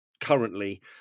currently